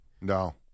No